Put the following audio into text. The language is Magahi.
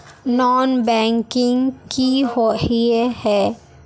नॉन बैंकिंग किए हिये है?